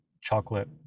chocolate